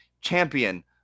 champion